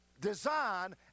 Design